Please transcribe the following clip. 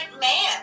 man